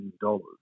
dollars